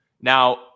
Now